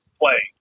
play